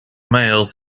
males